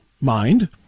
mind